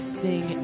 sing